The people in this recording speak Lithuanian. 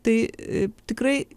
tai tikrai